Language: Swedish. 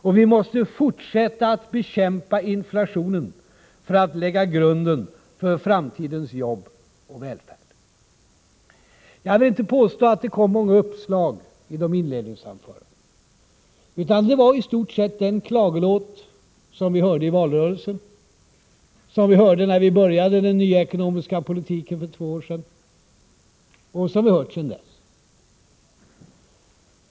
Och vi måste fortsätta att bekämpa inflationen för att lägga grunden för framtidens jobb och välfärd. Jag vill inte påstå att det kom många uppslag i de inledande anförandena, utan det var i stort sett samma klagolåt som vi hörde i valrörelsen, som vi hörde när vi började föra den nya ekonomiska politiken för två år sedan och som vi har hört sedan dess.